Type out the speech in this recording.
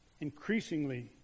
Increasingly